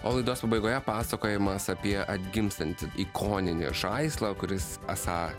o laidos pabaigoje pasakojimas apie atgimstantį ikoninį žaislą kuris esą